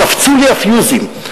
קפצו לי הפיוזים.